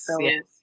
yes